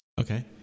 Okay